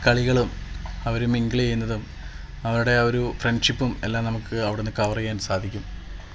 കളികളും അവര് മിംഗിൾ ചെയ്യുന്നതും അവരുടെ ആ ഒരു ഫ്രണ്ട്ഷിപ്പും എല്ലാം നമുക്ക് അവിടുന്ന് കവർ ചെയ്യാൻ സാധിക്കും